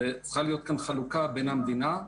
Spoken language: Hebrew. צריכה להיות כאן חלוקה בין המדינה,